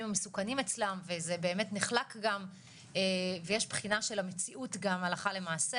המסוכנים אצלם וזה באמת נחלק גם ויש בחינה של המציאות גם הלכה למעשה,